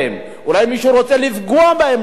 אולי מישהו רוצה לפגוע בהם דווקא